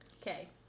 Okay